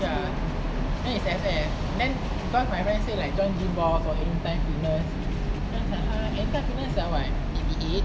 ya then is F_F then because my friend say like join GYMMBOXX or anytime fitness then I was like !huh! anytime fitness is like what eighty eight